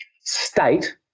State